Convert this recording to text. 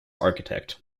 architect